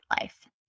life